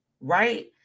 right